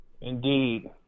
Indeed